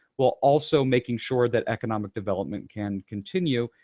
while also making sure that economic development can continue,